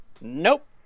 Nope